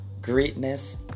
Greatness